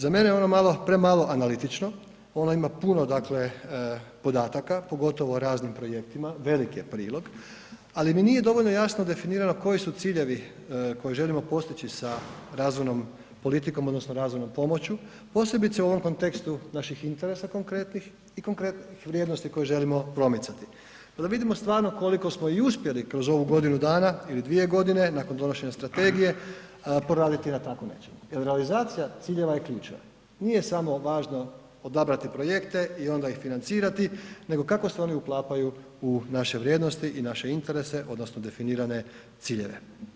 Za mene je ono malo premalo analitično, ono ima puno dakle podataka, pogotovo o raznim projektima, velik je prilog, ali mi nije dovoljno jasno definirano koji su ciljevi koje želimo postići sa razvojnom politikom odnosno razvojnom pomoću, posebice u ovom kontekstu naših interesa konkretnih i konkretnih vrijednosti koje želimo promicati, pa da vidimo stvarno koliko smo i uspjeli kroz ovu godinu dana ili dvije godine nakon donošenja strategije, poraditi na tako nečemu jer realizacija ciljeva je ključna, nije samo važno odabrati projekte i onda ih financirati nego kako se oni uklapaju u naše vrijednosti i naše interese odnosno definirane ciljeve.